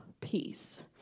peace